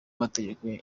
amategeko